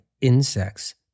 insects